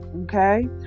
okay